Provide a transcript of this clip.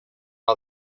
all